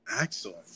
Excellent